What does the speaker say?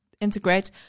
integrate